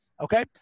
okay